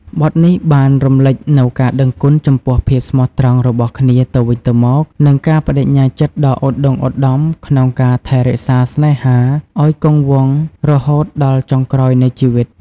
បទនេះបានរំលេចនូវការដឹងគុណចំពោះភាពស្មោះត្រង់របស់គ្នាទៅវិញទៅមក និងការប្តេជ្ញាចិត្តដ៏ឧត្តុង្គឧត្តមក្នុងការថែរក្សាស្នេហាឲ្យគង់វង្សរហូតដល់ចុងក្រោយនៃជីវិត។